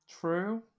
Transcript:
True